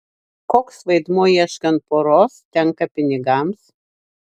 koks vaidmuo ieškant poros tenka pinigams